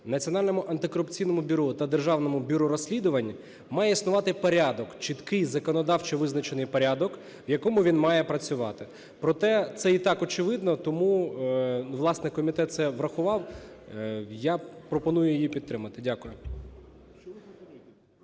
Національному антикорупційному бюро та Державному бюро розслідувань, має існувати порядок, чіткий, законодавчо визначений порядок, в якому він має працювати, проте це і так очевидно, тому, власне, комітет це врахував. Я пропоную її підтримати. Дякую.